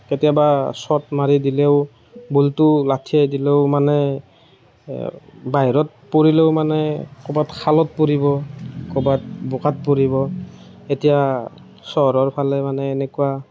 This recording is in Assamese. কেতিয়াবা শ্ব'ট মাৰি দিলেও বলটো লঠিয়াই দিলেও মানে বাহিৰত পৰিলেও মানে ক'ৰবাত খালত পৰিব ক'ৰবাত বোকাত পৰিব এতিয়া চহৰৰ ফালে মানে এনেকুৱা